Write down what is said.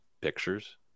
pictures